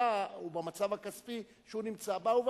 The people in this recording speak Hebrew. במצב הכספי שהיא נמצאת בו.